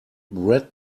red